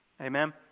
Amen